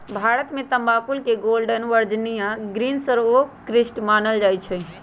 भारत में तमाकुल के गोल्डन वर्जिनियां ग्रीन सर्वोत्कृष्ट मानल जाइ छइ